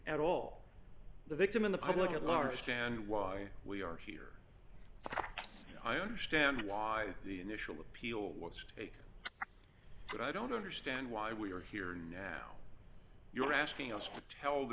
at all the victim in the public at large and why we are here i understand why the initial appeal was to take but i don't understand why we're here now you're asking us to tell the